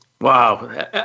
Wow